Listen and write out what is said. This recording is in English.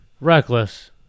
Reckless